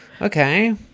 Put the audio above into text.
okay